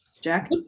jack